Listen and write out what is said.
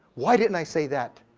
why didn't i say that,